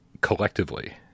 collectively